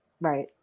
Right